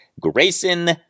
Grayson